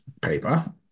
paper